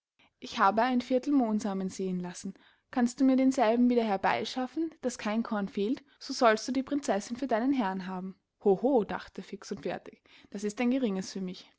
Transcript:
ich habe ein viertel mohnsamen säen lassen kannst du mir denselben wieder herbei schaffen daß kein korn fehlt so sollst du die prinzessin für deinen herrn haben hoho dachte fix und fertig das ist ein geringes für mich